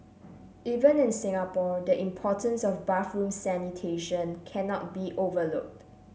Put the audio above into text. even in Singapore the importance of bathroom sanitation cannot be overlooked